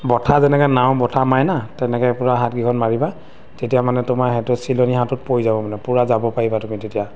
বঠা যেনেকৈ নাও বঠা মাৰে না তেনেকৈ পূৰা হাতকেইখন মাৰিবা তেতিয়া মানে তোমাৰ সেইটো চিলনী সাঁতোৰত পৰি যাব মানে পূৰা যাব পাৰিবা তুমি তেতিয়া